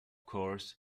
course